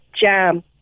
jam